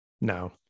No